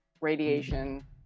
radiation